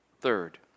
Third